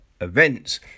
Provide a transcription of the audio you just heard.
events